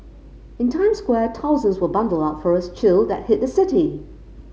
in Times Square thousands were bundled up for a chill that hit the city